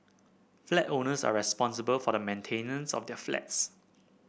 flat owners are responsible for the maintenance of their flats